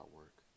work